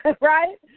right